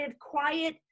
quiet